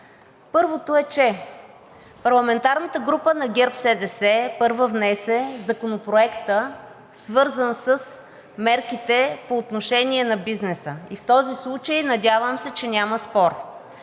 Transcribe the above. Първото е, че парламентарната група на ГЕРБ-СДС първа внесе Законопроекта, свързан с мерките по отношение на бизнеса, и в този случай, надявам се, че няма спор.